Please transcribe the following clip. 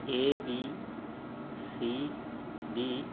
A B C D